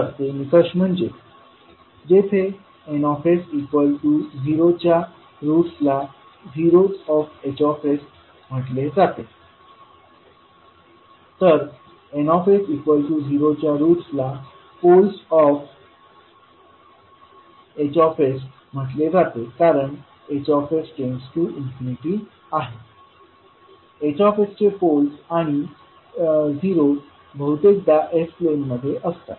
तर ते निकष म्हणजे जेथे N 0 च्या रूट्स ला zeros of H zeros of H म्हटले जाते तर N 0च्या रूट्सला poles of H poles of H म्हटले जाते कारणH→∞ Hचे पोलस् आणि झिरोज बहुतेकदा s प्लेनमध्ये असतात